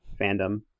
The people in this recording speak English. fandom